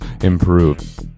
improve